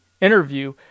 interview